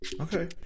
Okay